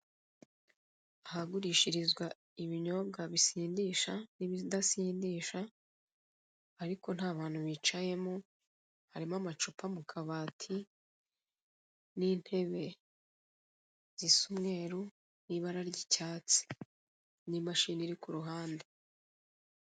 Ahagurishirizwa ibinyobwa bisindisha n'ibidasindisha, ariko nta bantu bicayemo, harimo amacupa mu kabati, n'intebe zisa umweru, n'ibara ry'icyatsi. N'imashini iri ku ruhande.